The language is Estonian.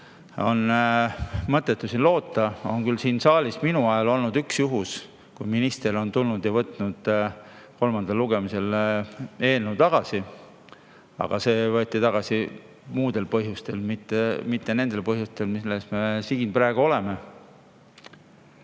on mõttetu loota. Siin saalis on minu ajal olnud vaid üks juhus, kui minister on tulnud ja võtnud kolmandal lugemisel eelnõu tagasi. Aga see võeti tagasi muudel põhjustel, mitte nendel põhjustel, millega me siin praegu